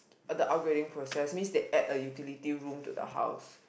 uh the upgrading process means they add a utility room to the house